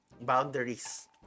boundaries